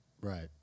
Right